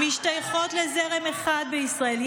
משתייכות לזרם אחד בישראל.